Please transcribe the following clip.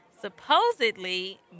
Supposedly